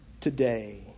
today